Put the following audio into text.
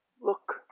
Look